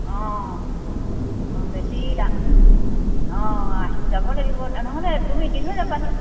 অঁ অঁ বেছি অঁ আহি যাব লাগিব নহ'লে তুমি দি থৈ যাবাহি